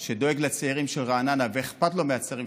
שדואג לצעירים של רעננה ואכפת לו מהצעירים